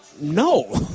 no